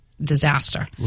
disaster